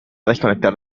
desconectar